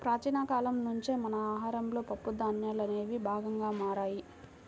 ప్రాచీన కాలం నుంచే మన ఆహారంలో పప్పు ధాన్యాలనేవి భాగంగా మారాయి